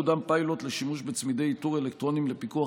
קודם פיילוט לשימוש בצמידי איתור אלקטרוניים לפיקוח